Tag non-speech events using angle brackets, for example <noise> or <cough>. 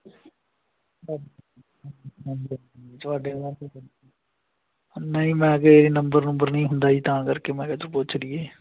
<unintelligible> ਨਹੀਂ ਮੈਂ number number ਨਹੀਂ ਹੁੰਦਾ ਜੀ ਤਾਂ ਕਰਕੇ ਮੈਂ ਕਿਹਾ ਚੱਲ ਪੁੱਛ ਲਈਏ